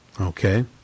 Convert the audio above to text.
Okay